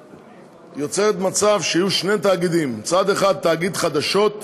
ויוצרת מצב שיהיו שני תאגידים: מצד אחד תאגיד חדשות,